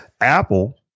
Apple